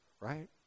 right